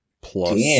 plus